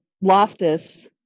Loftus